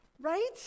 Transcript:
right